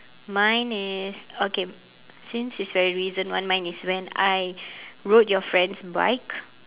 mine is okay since it's very recent one mine is when I rode your friend's bike